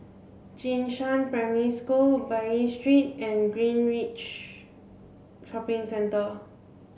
Jing Shan Primary School Bain Street and Greenridge Shopping Centre